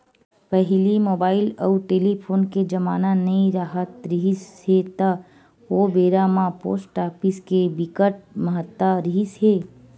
पहिली मुबाइल अउ टेलीफोन के जमाना नइ राहत रिहिस हे ता ओ बेरा म पोस्ट ऑफिस के बिकट महत्ता रिहिस हे